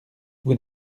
vous